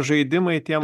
žaidimai tiem